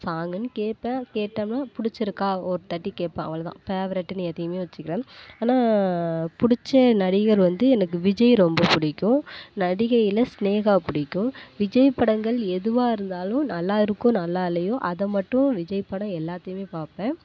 சாங்குன்னு கேட்பேன் கேட்டம்னால் பிடிச்சிருக்கா ஒரு வாட்டி கேட்பேன் அவ்வளோதான் ஃபேவரட்டுன்னு எதையுமே வச்சிக்கலை ஆனால் பிடிச்ச நடிகர் வந்து எனக்கு விஜய் ரொம்ப பிடிக்கும் நடிகையில் சினேகா பிடிக்கும் விஜய் படங்கள் எதுவா இருந்தாலும் நல்லா இருக்கோ நல்லா இல்லையோ அதைமட்டும் விஜய் படம் எல்லாத்தையுமே பார்ப்பேன்